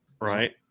Right